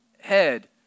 head